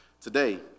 today